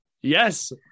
Yes